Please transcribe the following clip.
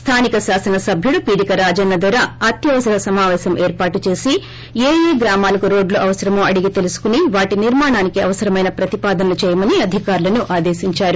స్థానిక శాసనసభ్యుడు పీడిక రాజన్న దోర అత్యవసర సమాపేశం ఏర్పాటు చేసి ఏ ఏ గ్రామాలకు రోడ్లు అవసరమో అడిగి తెలుసుకుని వాటి నిర్మాణానికి అవసరమైన ప్రతిపాదనలు చేయమని అధికారులను ఆదేశించారు